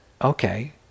okay